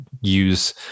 use